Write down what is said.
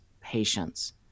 patience